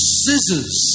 scissors